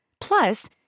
Plus